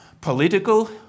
political